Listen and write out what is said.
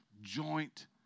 joint